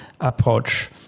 approach